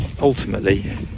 ultimately